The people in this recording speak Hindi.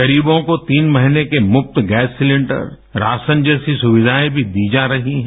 गरीबों को तीन महीने के मृफ्त गैस सिलेंडरए राशन जैसी सुविधायें भी दी जा रही हैं